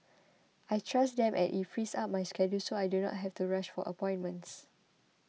I trust them and it frees up my schedule so I do not have to rush for appointments